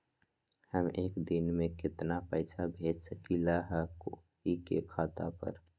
हम एक दिन में केतना पैसा भेज सकली ह कोई के खाता पर?